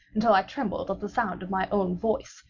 until i trembled at the sound of my own voice,